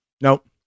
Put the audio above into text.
Nope